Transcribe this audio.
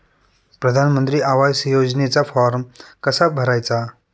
प्रधानमंत्री आवास योजनेचा फॉर्म कसा भरायचा?